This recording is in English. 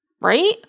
right